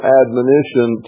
admonition